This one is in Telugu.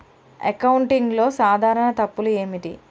అకౌంటింగ్లో సాధారణ తప్పులు ఏమిటి?